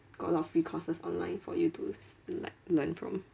got a lot of free courses online for you to like learn from